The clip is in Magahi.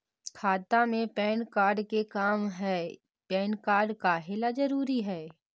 खाता में पैन कार्ड के का काम है पैन कार्ड काहे ला जरूरी है?